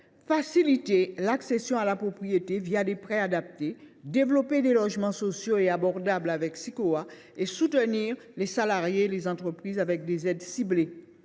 faciliter l’accession à la propriété, des prêts adaptés, de développer des logements sociaux et abordables, avec Sikoa, et de soutenir les salariés et les entreprises, grâce à des aides ciblées.